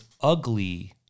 ugly